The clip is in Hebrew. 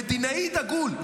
מדינאי דגול.